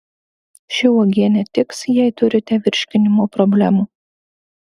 ši uogienė tiks jei turite virškinimo problemų